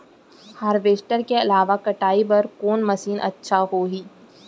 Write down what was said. Harvester के अलावा कटाई बर कोन मशीन अच्छा होही?